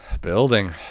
Building